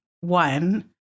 one